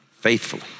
faithfully